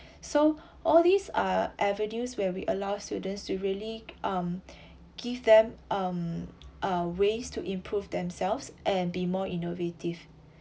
so all these are avenues where we allow students to really um give them um uh ways to improve themselves and be more innovative